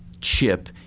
chip